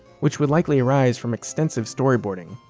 which would likely arise from extensive storyboarding.